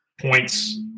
points